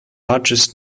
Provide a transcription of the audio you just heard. largest